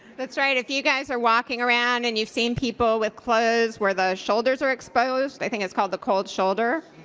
that's right. if you guys are walking around, and you've seen people with clothes where the shoulders are exposed, i think it's called the cold shoulder,